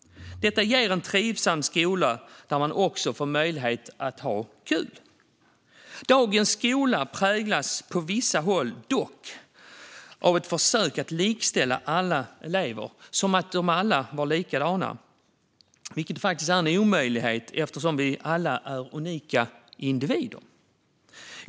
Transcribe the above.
Detta ger en trivsam skola där man också får möjlighet att ha kul. Dock präglas dagens skola på vissa håll av ett försök att likställa alla elever - som om de vore likadana, vilket är en omöjlighet eftersom vi alla är unika individer.